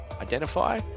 identify